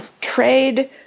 trade